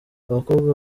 abakobwa